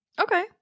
okay